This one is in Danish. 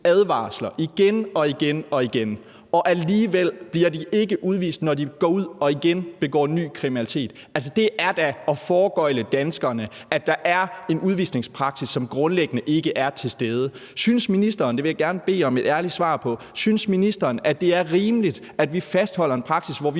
udvisningsadvarsler igen og igen, og som alligevel ikke bliver udvist, når de går ud og igen begår ny kriminalitet. Altså, det er da at foregøgle danskerne, at der er en udvisningspraksis, som grundlæggende ikke er til stede. Synes ministeren – og det vil jeg gerne bede om et ærligt svar på – at det er rimeligt, at vi fastholder en praksis, hvor vi